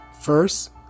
First